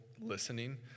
listening